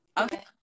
Okay